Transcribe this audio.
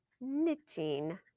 knitting